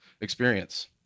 experience